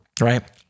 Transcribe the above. right